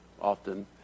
often